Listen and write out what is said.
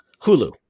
hulu